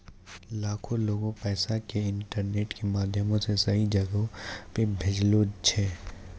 लाखो लोगें पैसा के इंटरनेटो के माध्यमो से सही जगहो पे भेजै छै